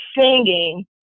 singing